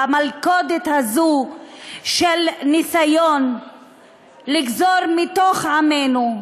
במלכודת הזאת של ניסיון לגזור מתוך עמנו,